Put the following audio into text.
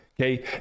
okay